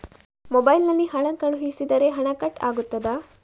Mobile ನಲ್ಲಿ ಹಣ ಕಳುಹಿಸಿದರೆ ಹಣ ಕಟ್ ಆಗುತ್ತದಾ?